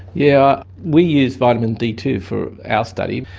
yeah, we used vitamin d two for our study.